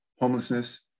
homelessness